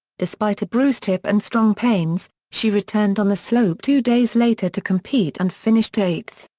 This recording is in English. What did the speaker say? despite a bruised hip and strong pains, she returned on the slope two days later to compete and finished eighth.